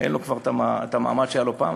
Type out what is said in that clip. כבר אין את המעמד שהיה לו פעם,